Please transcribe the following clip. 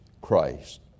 Christ